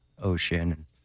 ocean